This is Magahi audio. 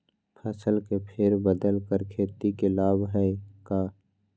फसल के फेर बदल कर खेती के लाभ है का?